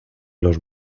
los